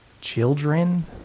children